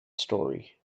story